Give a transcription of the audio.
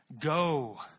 Go